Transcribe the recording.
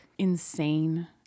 insane